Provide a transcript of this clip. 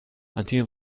until